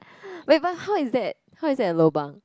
wait but how is that how is that a lobang